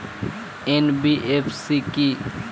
NBFC কী?